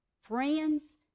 friends